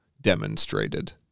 demonstrated